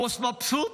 הבוס מבסוט.